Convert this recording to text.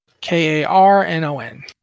k-a-r-n-o-n